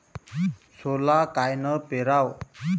सोला कायनं पेराव?